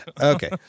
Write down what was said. Okay